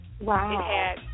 Wow